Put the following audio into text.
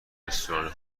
رستوران